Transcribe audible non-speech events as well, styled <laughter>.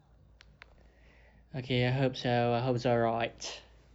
<noise> okay I hope [sial] I hope it's alright